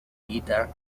guitar